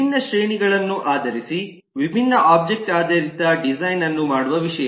ವಿಭಿನ್ನ ಶ್ರೇಣಿಗಳನ್ನು ಆಧರಿಸಿ ವಿಭಿನ್ನ ಒಬ್ಜೆಕ್ಟ್ ಆಧಾರಿತ ಡಿಸೈನ್ ಅನ್ನು ಮಾಡುವ ವಿಷಯ